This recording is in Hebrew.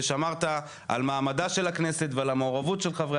ושמרת על מעמדה של הכנסת ועל המעורבות של חברי